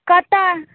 कतऽ